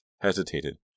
hesitated